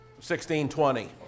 1620